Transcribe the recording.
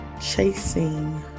chasing